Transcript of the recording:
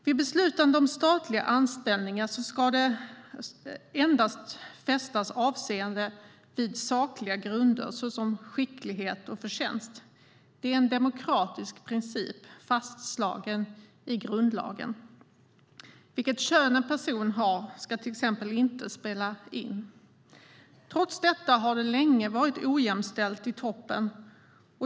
Vid beslutande om statliga anställningar ska avseende fästas endast vid sakliga grunder, såsom skicklighet och förtjänst. Det är en demokratisk princip fastslagen i grundlagen. En persons kön ska till exempel inte spela in. Trots detta har det länge varit ojämställt i toppen.